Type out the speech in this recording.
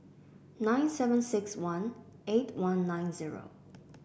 nine seven six one eight one nine zero